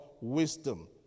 wisdom